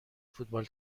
فوتبال